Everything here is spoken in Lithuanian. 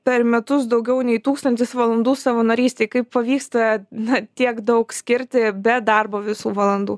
per metus daugiau nei tūkstantis valandų savanorystei kaip pavyksta na tiek daug skirti be darbo visų valandų